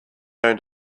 going